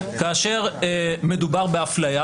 כאשר מדובר באפליה,